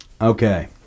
Okay